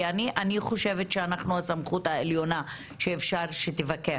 לדעתי, אנחנו הסמכות העליונה שיכולה לבקר.